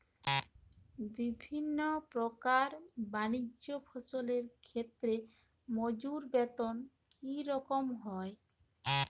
বিভিন্ন প্রকার বানিজ্য ফসলের ক্ষেত্রে মজুর বেতন কী রকম হয়?